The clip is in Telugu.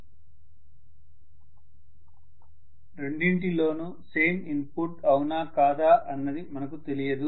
ప్రొఫెసర్ రెండింటి లోనూ సేమ్ ఇన్పుట్ అవునా కాదా అన్నది మనకు తెలియదు